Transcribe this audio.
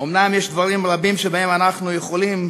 אומנם יש דברים רבים שבהם אנחנו יכולים,